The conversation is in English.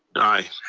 aye.